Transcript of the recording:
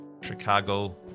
Chicago